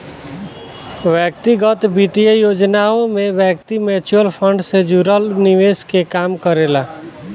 व्यक्तिगत वित्तीय योजनाओं में व्यक्ति म्यूचुअल फंड से जुड़ल निवेश के काम करेला